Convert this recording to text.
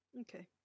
Okay